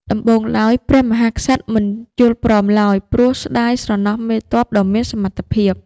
ដំបូងឡើយ ព្រះមហាក្សត្រមិនយល់ព្រមឡើយ ព្រោះស្ដាយស្រណោះមេទ័ពដ៏មានសមត្ថភាព។